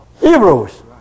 Hebrews